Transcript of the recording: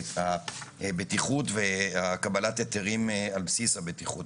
הבטיחות וקבלת היתרים על בסיס הבטיחות.